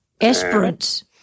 Esperance